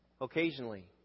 occasionally